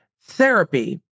Therapy